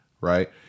right